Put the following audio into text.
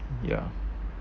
ya